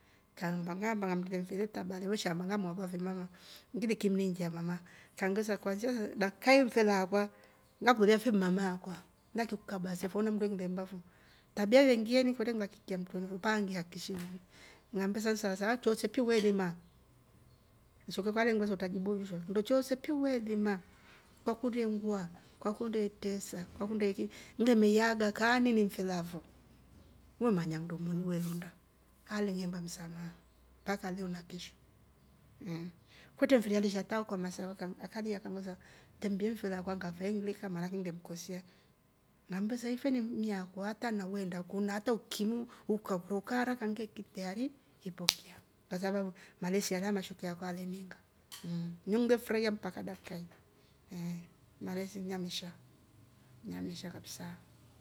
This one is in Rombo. Kaamba ngaamba katika mfiri wu taba le we shaamba ngamaadua fe mama ngile kimniingya mama kangvesa kwansia dakika yi mfele akwa ngakulolya fe mama akwa ngilali kaba se fo na mndu englemba fo, tabia yo vengiiya kwetre ngilalii kya mtwreni fo mpaka ngihakikishe nsava sava choose piu weelima msheku alengiiya ntrajibu choose fo, choose piu we ilima kwakunda ingwaa, kwakunda intesa, ngileme iyaa aga kaa ini ni mfele afo we manya nndo iningeerunda alehemba msamaha, kutre mfiri alesha hata ho kwa masawe akalia trembie mfele akwa ngava engrika maana ake ngile mkosea, ife ni mmi akwa hata na weenda ku na hata ukimwi uka ukara ngi teari ipokia kwa sabau malesi alya shekuyo akwa aleniinga mmm ni ndo ngefurahiya mpaka dakika yi mmm malesi yavelimaesha namesha kabisa.